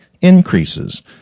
increases